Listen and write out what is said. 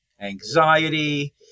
anxiety